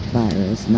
virus